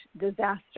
disaster